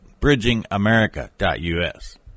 Bridgingamerica.us